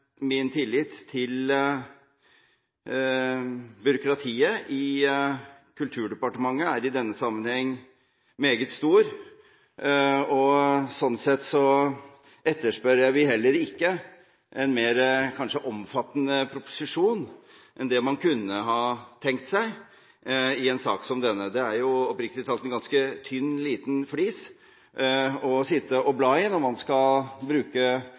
Min tillit til byråkratiet i Kulturdepartementet er i denne sammenheng meget stor. Slik sett etterspør vi heller ikke en kanskje mer omfattende proposisjon, noe man kunne ha tenkt seg i en sak som denne. Det er jo – oppriktig talt – en ganske tynn, liten flis å sitte og bla i når man skal bruke